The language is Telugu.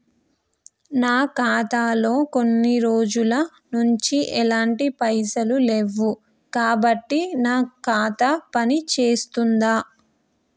నా ఖాతా లో కొన్ని రోజుల నుంచి ఎలాంటి పైసలు లేవు కాబట్టి నా ఖాతా పని చేస్తుందా?